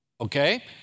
Okay